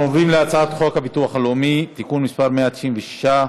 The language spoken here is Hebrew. אנחנו עוברים להצעת חוק הביטוח הלאומי (תיקון מס' 196)